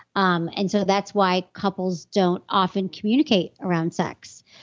um and so that's why couples don't often communicate around sex,